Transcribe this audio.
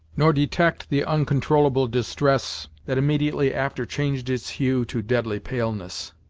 nor detect the uncontrollable distress that immediately after changed its hue to deadly paleness.